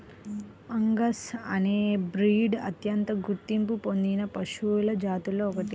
Angus అనే breed అత్యంత గుర్తింపు పొందిన పశువుల జాతులలో ఒకటి